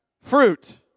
fruit